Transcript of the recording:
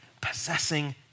possessing